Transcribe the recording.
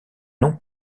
non